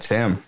Sam